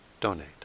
donate